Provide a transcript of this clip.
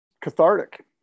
cathartic